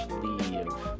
leave